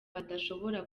badashobora